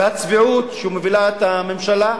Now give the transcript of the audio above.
והצביעות שמובילה את הממשלה,